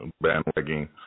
bandwagon